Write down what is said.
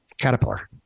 Caterpillar